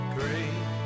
great